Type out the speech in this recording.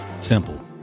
simple